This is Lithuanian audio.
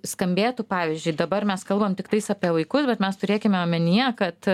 skambėtų pavyzdžiui dabar mes kalbam tiktais apie vaikus bet mes turėkime omenyje kad